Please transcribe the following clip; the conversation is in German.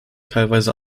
teilweise